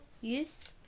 yes